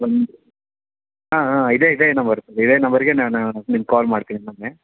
one ಹಾಂ ಹಾಂ ಇದೇ ಇದೇ ನಂಬರ್ ಇದೆ ನಂಬರಿಗೆ ನಾನು ನಿಮ್ಗೆ ಕಾಲ್ ಮಾಡ್ತೀನಿ ನಾನೆ